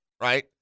right